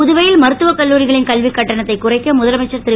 புதுவையில் மருத்துவக் கல்லூரிகளின் கல்வி கட்டணத்தை குறைக்க முதலமைச்சர் திரு